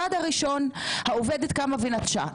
הצעד הראשון, העובדת קמה ונטשה.